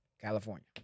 California